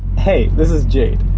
hey, this is jade.